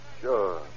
Sure